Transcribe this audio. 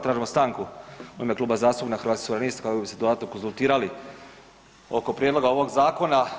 Tražimo stanku u ime Kluba zastupnika Hrvatskih suverenista kako bi se dodatno konzultirali oko prijedloga ovoga zakona.